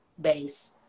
base